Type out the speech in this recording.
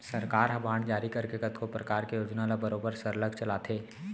सरकार ह बांड जारी करके कतको परकार के योजना ल बरोबर सरलग चलाथे